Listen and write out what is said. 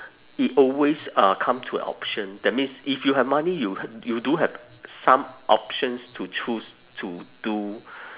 it always uh come to a option that means if you have money you you do have some options to choose to do